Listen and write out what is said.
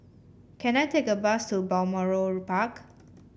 can I take a bus to Balmoral Park